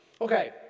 Okay